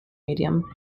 medium